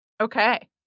Okay